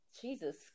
Jesus